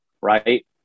right